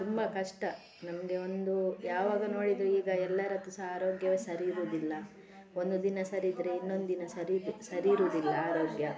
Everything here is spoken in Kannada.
ತುಂಬ ಕಷ್ಟ ನಮಗೆ ಒಂದು ಯಾವಾಗ ನೋಡಿದರು ಈಗ ಎಲ್ಲರದ್ದು ಸಹ ಆರೋಗ್ಯ ಸರಿ ಇರೋದಿಲ್ಲ ಒಂದು ದಿನ ಸರಿ ಇದ್ದರೆ ಇನ್ನೊಂದು ದಿನ ಸರಿಗಿ ಸರಿ ಇರುವುದಿಲ್ಲ ಆರೋಗ್ಯ